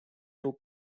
took